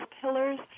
pillars